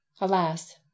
Alas